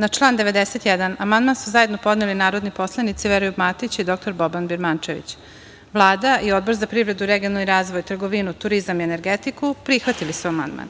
Na član 91. amandman su zajedno podneli narodni poslanici Veroljub Matić i dr Boban Birmančević. Vlada i Odbor za privredu, regionalni razvoj, trgovinu, turizam i energetiku prihvatili su amandman,